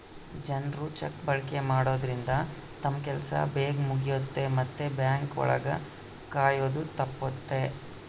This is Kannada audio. ಜನ್ರು ಚೆಕ್ ಬಳಕೆ ಮಾಡೋದ್ರಿಂದ ತಮ್ ಕೆಲ್ಸ ಬೇಗ್ ಮುಗಿಯುತ್ತೆ ಮತ್ತೆ ಬ್ಯಾಂಕ್ ಒಳಗ ಕಾಯೋದು ತಪ್ಪುತ್ತೆ